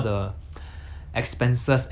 during this like lockdown period